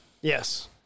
Yes